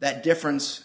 that difference